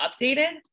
updated